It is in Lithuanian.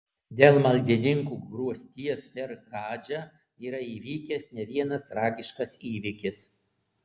dėl maldininkų grūsties per hadžą yra įvykęs ne vienas tragiškas įvykis